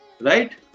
Right